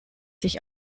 sich